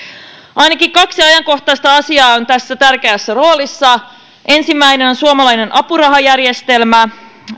ainakin kaksi ajankohtaista asiaa on tässä tärkeässä roolissa ensimmäinen on suomalainen apurahajärjestelmä